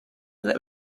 that